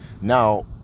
now